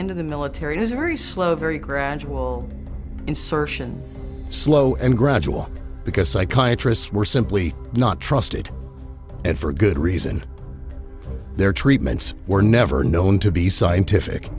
into the military is very slow very gradual insertion slow and gradual because psychiatry were simply not trusted and for good reason their treatments were never known to be scientific